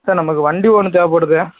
sir நமக்கு வண்டி ஒன்று தேவைபடுது